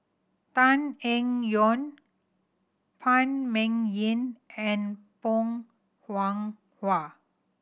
Tan Eng Yoon Phan Ming Yen and Bong Hiong Hwa